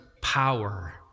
power